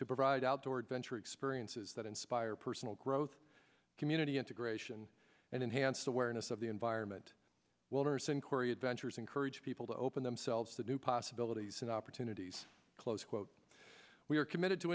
to provide outdoor adventure experiences that inspire personal growth community integration and enhanced awareness of the environment wellness inquiry adventures encourage people to open themselves to new possibilities and opportunities close quote we are committed to